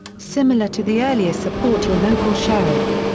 similar to the earlier support your local sheriff!